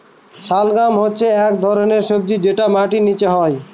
শালগাম হচ্ছে এক ধরনের সবজি যেটা মাটির নীচে হয়